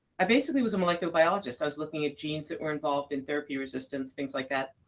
i basically was a microbiologist. i was looking at genes that were involved in therapy resistance, things like that.